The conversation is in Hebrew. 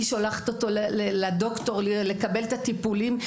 היא שולחת אותו לדוקטור לקבל את הטיפולים,